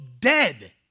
dead